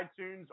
iTunes